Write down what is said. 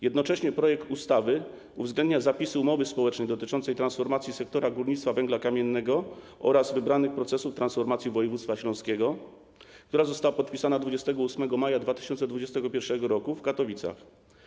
Jednocześnie projekt ustawy uwzględnia zapisy umowy społecznej dotyczącej transformacji sektora górnictwa węgla kamiennego oraz wybranych procesów transformacji województwa śląskiego, która została podpisana 28 maja 2021 r. w Katowicach.